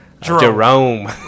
Jerome